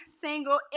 single